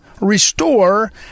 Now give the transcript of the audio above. restore